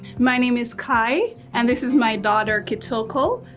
my name is kai, and this is my daughter, kitoko,